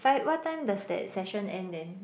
fine what time does that session end then